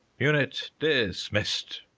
unit dis missed!